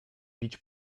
bić